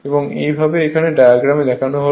যা এই ডায়াগ্রামে দেখানো হল